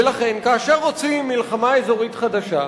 ולכן, כאשר רוצים מלחמה אזורית חדשה,